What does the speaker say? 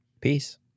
Peace